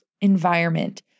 environment